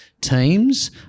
teams